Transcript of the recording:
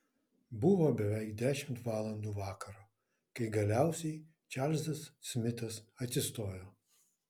buvo beveik dešimt valandų vakaro kai galiausiai čarlzas smitas atsistojo